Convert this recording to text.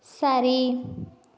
சரி